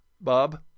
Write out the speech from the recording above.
bob